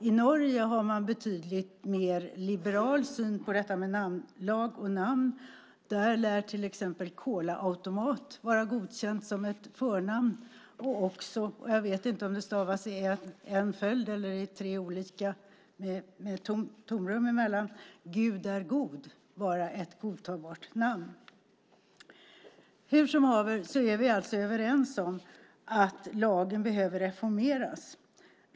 I Norge har man en betydligt liberalare syn på detta med namnlag och namn. Där lär till exempel Kolaautomat vara godkänt som förnamn. Gudärgod - jag vet inte om de i namnet ingående orden skrivs i en följd eller om namnet skrivs med mellanslag mellan de ingående orden - lär också vara ett godtagbart namn. Hur som helst är vi alltså överens om att namnlagen behöver reformeras.